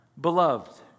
beloved